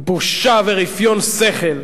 בושה ורפיון שכל.